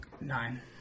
Nine